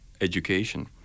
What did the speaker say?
education